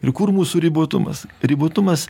ir kur mūsų ribotumas ribotumas